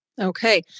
Okay